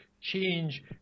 change